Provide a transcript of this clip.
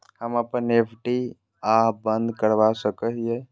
हम अप्पन एफ.डी आ बंद करवा सको हियै